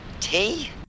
tea